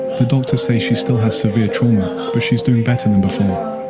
the doctors say she still has severe trauma, but she's doing better than before.